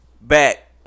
back